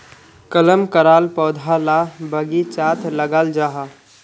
कलम कराल पौधा ला बगिचात लगाल जाहा